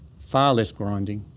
far less grinding,